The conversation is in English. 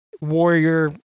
warrior